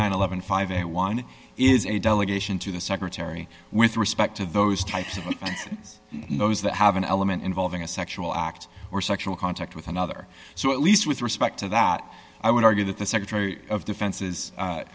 fifty one is a delegation to the secretary with respect to those types of those that have an element involving a sexual act or sexual contact with another so at least with respect to that i would argue that the secretary of defense